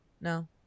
No